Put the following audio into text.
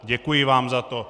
Děkuji vám za to.